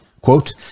Quote